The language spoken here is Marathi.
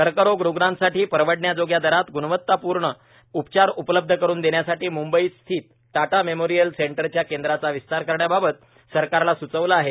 कर्करोग रूग्णांसाठी परवडण्याजोग्या दरात गुणवत्तापूर्ण उपचार उपलब्ध करून देण्यासाठी मुंबईस्थित दाटा मेमोरिअल सेंटरच्या केंद्रांचा विस्तार करण्याबाबत सरकारला सूचवलं आहे